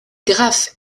graphes